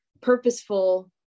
purposeful